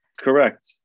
Correct